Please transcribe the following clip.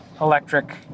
electric